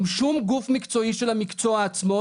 עם שום גוף מקצועי של המקצוע עצמו,